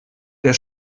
der